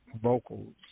vocals